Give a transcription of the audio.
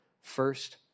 First